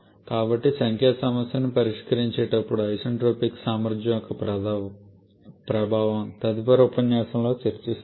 కాబట్టి సంఖ్యా సమస్యను పరిష్కరించేటప్పుడు ఐసెన్ట్రోపిక్ సామర్థ్యం యొక్క ప్రభావం తదుపరి ఉపన్యాసంలో చర్చిస్తాము